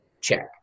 check